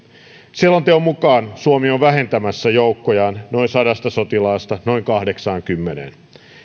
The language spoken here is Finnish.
selonteon mukaan suomi on vähentämässä joukkojaan noin sadasta sotilaasta noin kahdeksaankymmeneen